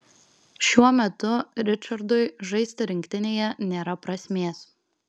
šiuo metu ričardui žaisti rinktinėje nėra prasmės